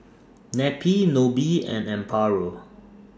Neppie Nobie and Amparo